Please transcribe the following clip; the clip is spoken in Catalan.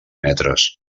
metres